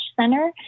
Center